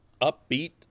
upbeat